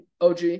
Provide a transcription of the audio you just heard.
OG